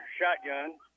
shotgun